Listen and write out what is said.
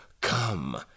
come